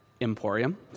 Emporium